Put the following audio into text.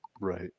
Right